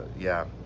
yeah,